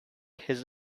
his